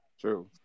True